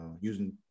using